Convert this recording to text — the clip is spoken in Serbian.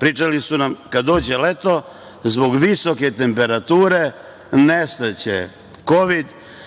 Pričali su nam – kada dođe leto, zbog visoke temperature nestaće kovid,